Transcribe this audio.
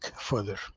further